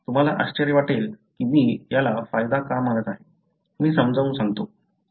तुम्हाला आश्चर्य वाटेल की मी याला फायदा का म्हणत आहे मी समजावून सांगतो